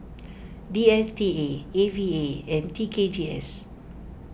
D S T A A V A and T K G S